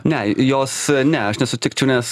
ne jos ne aš nesutikčiau nes